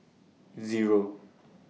Zero